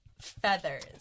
feathers